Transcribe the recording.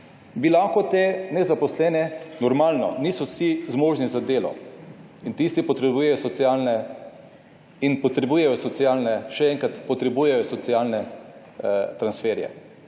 bi lahko te nezaposlene – normalno, niso vsi zmožni za delo, in tisti potrebujejo socialne transferje, še enkrat, potrebujejo socialne transferje